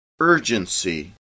urgency